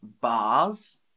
bars